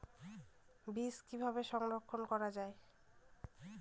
বীজ কিভাবে সংরক্ষণ করা যায়?